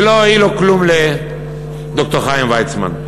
ולא הועיל לו כלום לד"ר חיים ויצמן.